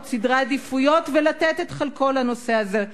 סדרי עדיפויות ולתת את חלקו לנושא הזה.